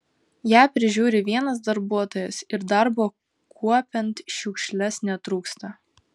ją prižiūri vienas darbuotojas ir darbo kuopiant šiukšles netrūksta